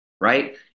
right